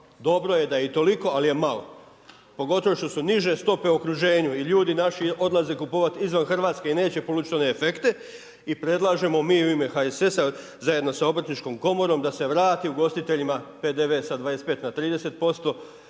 Dobro je da je i toliko, ali je malo, pogotovo što su niže stope u okruženju i ljudi naši odlaze kupovati izvan RH i neće polučiti one efekte i predlažemo mi u ime HSS zajedno sa Obrtničkom komorom da se vrati ugostiteljima PDV sa 25 na 30%,